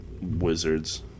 Wizards